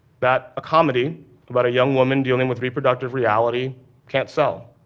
that a comedy about a young woman dealing with reproductive reality can't sell.